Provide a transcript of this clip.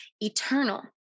eternal